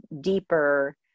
deeper